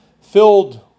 filled